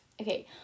Okay